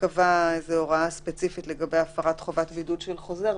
קבע איזו הוראה ספציפית לגבי הפרת חובת בידוד של חוזר,